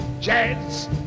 jazz